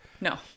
no